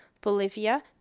Bolivia